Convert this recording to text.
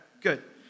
good